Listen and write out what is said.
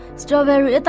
strawberry